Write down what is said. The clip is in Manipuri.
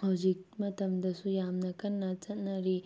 ꯍꯧꯖꯤꯛ ꯃꯇꯝꯗꯁꯨ ꯌꯥꯝꯅ ꯀꯟꯅ ꯆꯠꯅꯔꯤ